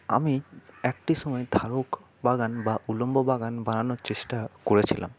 আমি একটি সময় ধারক বাগান বা উল্লম্ব বাগান বানানোর চেষ্টা করেছিলাম